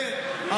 נראה אותך.